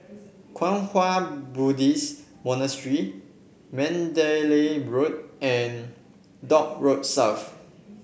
Kwang Hua Buddhist Monastery Mandalay Road and Dock Road South